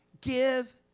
give